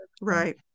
Right